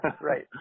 right